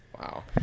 Wow